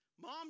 Mom